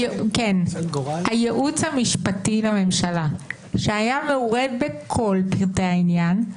הייעוץ המשפטי לממשלה שהיה מעורה בכל פרטי העניין,